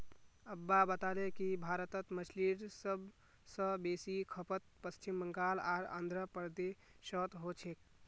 अब्बा बताले कि भारतत मछलीर सब स बेसी खपत पश्चिम बंगाल आर आंध्र प्रदेशोत हो छेक